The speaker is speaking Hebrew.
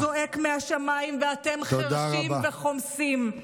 זועק מהשמיים, ואתם חירשים וחומסים,